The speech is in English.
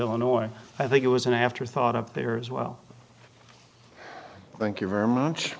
illinois i think it was an afterthought up there as well thank you very much